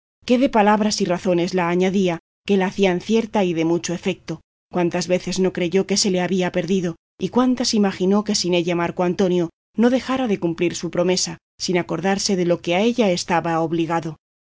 qué de palabras y razones la añadía que la hacían cierta y de mucho efecto cuántas veces no creyó que se le había perdido y cuántas imaginó que sin ella marco antonio no dejara de cumplir su promesa sin acordarse de lo que a ella estaba obligado